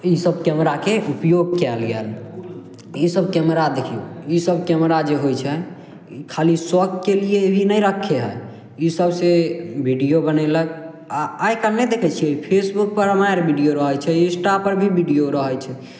ईसब कैमराके उपयोग कयल गेल ई सब कैमरा देखियौ ई सब कैमरा जे होइ छै खाली शौकके लिए भी नहि रखय हइ ई सबसँ वीडियो बनोलक आओर आइकाल्हि नहि देखय छियै फेसबुकपर मारि वीडियो रहय छै इन्स्टापर भी वीडियो रहय छै